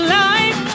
life